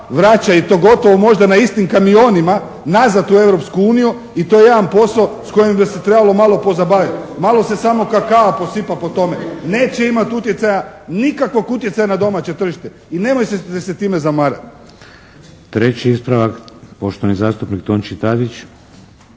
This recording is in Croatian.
vraća i to gotovo možda na istim kamionima nazad u Europsku uniju i to je jedan posao s kojim bi se trebalo malo pozabaviti. Malo se samo kakaa posipa po tome. Neće imati utjecaja, nikakvog utjecaja na domaće tržište i nemojte se time zamarati. **Šeks, Vladimir (HDZ)** Treći ispravak, poštovani zastupnik Tonči Tadić.